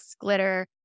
glitter